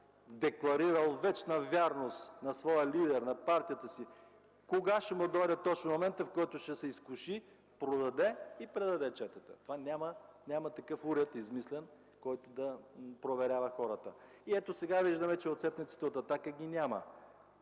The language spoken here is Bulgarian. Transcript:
декларирал вечна вярност на своя лидер, на партията си, кога ще дойде точно моментът, в който той ще се изкуши, продаде и предаде четата. Няма измислен такъв уред, който да проверява хората. Ето сега виждаме, че отцепниците от „Атака” ги няма.